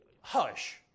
hush